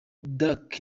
dark